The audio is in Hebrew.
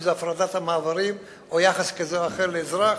אם זה הפרטת המעברים או יחס כזה או אחר לאזרח.